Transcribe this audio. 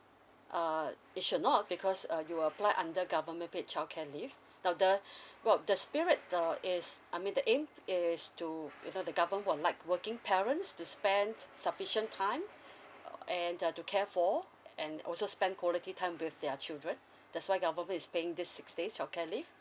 uh it should not because uh you applied under government paid childcare leave now the well the spirit the is I mean the aim is to you know the government would like working parents to spend sufficient time and uh to care for and also spend quality time with their children that's why government is paying this six days childcare leave